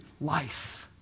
life